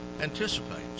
anticipates